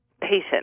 patient